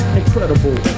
incredible